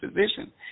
position